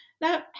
Now